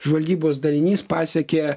žvalgybos dalinys pasiekė